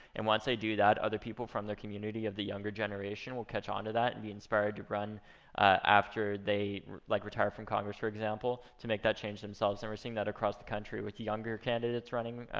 and once they do that, other people from their community of the younger generation will catch on to that and be inspired to run after they like retire from congress, for example, to make that change themselves. and we're seeing that across the country with younger candidates running,